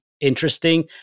interesting